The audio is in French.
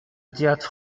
théâtre